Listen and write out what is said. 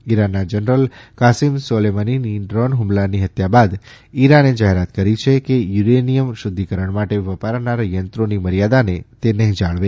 ઈરાનના general Qasem સોલેમનીની drone હુમલાથી હત્યા બાદ ઈરાને જાહેરાત કરી છેકે યુરેનિયમ શુધ્ધીકરણ માટે વપરાનાર યંત્રોની મર્યાદાને તે નહીં જાળવે